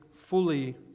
fully